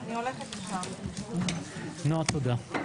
את מנמקת עשר דקות רצוף, נכון?